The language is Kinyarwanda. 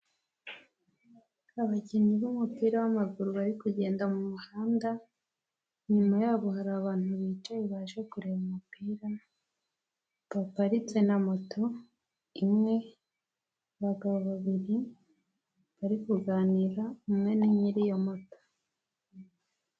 Abakinnyi b'umupira w'amaguru bari kugenda mu muhanda, inyuma yaho hari abantu bicaye baje kureba umupira, haparitse na moto imwe, abagabo babiri bari kuganira umwe ni nyiri iyo moto.